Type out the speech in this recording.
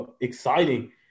exciting